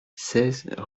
seize